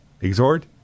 exhort